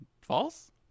false